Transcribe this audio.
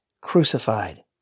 crucified